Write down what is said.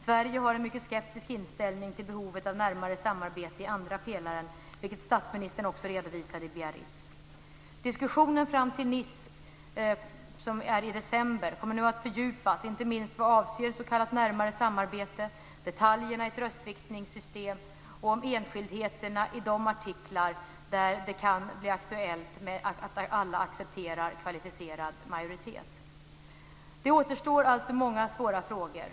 Sverige har en mycket skeptisk inställning till behovet av närmare samarbete i andra pelaren, vilket statsministern redovisade i Diskussionen fram till mötet i Nice i december kommer nu att fördjupas inte minst vad avser s.k. närmare samarbete, detaljerna i ett röstviktningssystem och om enskildheterna i de artiklar där det kan bli aktuellt att alla accepterar kvalificerad majoritet. Det återstår alltså många svåra frågor.